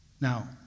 Now